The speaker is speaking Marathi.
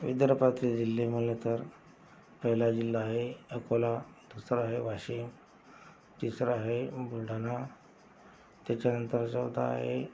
विदर्भातील जिल्हे म्हटलं तर पहिला जिल्हा आहे अकोला दुसरा आहे वाशिम तिसरा आहे बुलढाणा त्याच्यांनंतर चौथा आहे